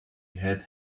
had